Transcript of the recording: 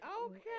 Okay